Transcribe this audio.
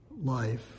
Life